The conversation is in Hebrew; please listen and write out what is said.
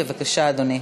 בבקשה, אדוני.